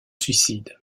suicide